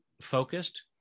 focused